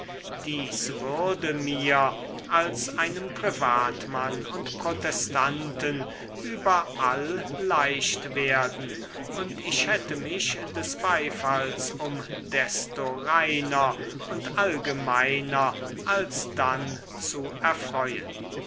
dies würde mir als einem privatmann und protestanten überall leicht werden und ich hätte mich des beifalls um desto reiner und allgemeiner alsdann zu erfreuen